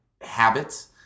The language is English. habits